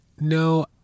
No